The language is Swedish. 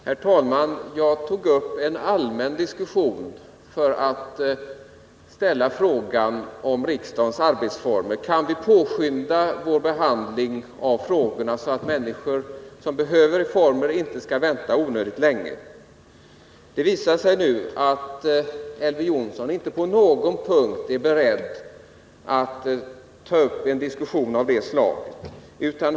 Herr talman! Jag tog upp en diskussion om riksdagens arbetsformer. Kan vi påskynda vår behandling av frågorna, så att människor som behöver reformer inte skall få vänta onödigt länge? Det visar sig att Elver Jonsson inte på någon punkt är beredd att gå in i en diskussion av det slaget.